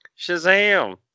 Shazam